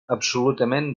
absolutament